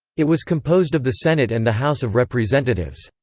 it was composed of the senate and the house of representatives.